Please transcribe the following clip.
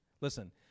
Listen